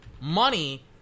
money